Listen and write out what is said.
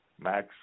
Max